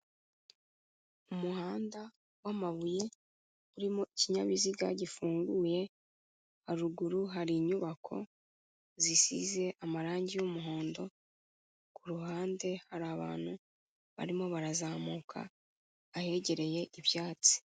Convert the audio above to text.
Umuhanda w'amabuye urimo ikinyabiziga gifunguye, haruguru hari inyubako zisize amarange y'umuhondo, ku ruhande hari abantu barimo barazamuka ahegereye ibyatsi.